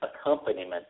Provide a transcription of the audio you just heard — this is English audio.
accompaniment